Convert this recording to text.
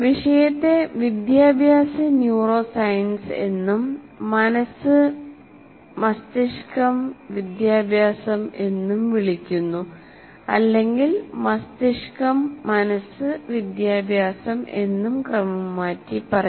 വിഷയത്തെ വിദ്യാഭ്യാസ neuroscience എന്നും "മനസ്സ് മസ്തിഷ്കം വിദ്യാഭ്യാസം" എന്നും വിളിക്കുന്നു അല്ലെങ്കിൽ "മസ്തിഷ്കം മനസ്സ് വിദ്യാഭ്യാസം" എന്നും ക്രമം മാറ്റി പറയാം